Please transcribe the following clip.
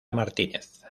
martínez